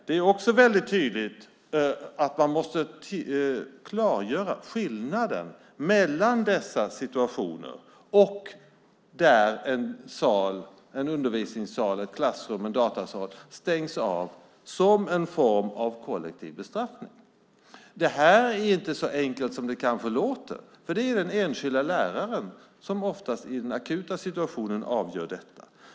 Det är också väldigt tydligt att man måste klargöra skillnaden mellan dessa situationer och där en undervisningssal, ett klassrum eller en datasal stängs av som en form av kollektiv bestraffning. Det är inte så enkelt som det kanske låter. Det är den enskilda läraren som oftast i den akuta situationen avgör detta.